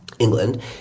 England